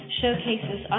showcases